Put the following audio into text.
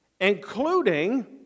including